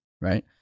right